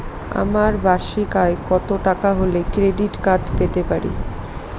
আমার বার্ষিক আয় কত টাকা হলে ক্রেডিট কার্ড পেতে পারি?